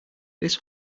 this